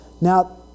Now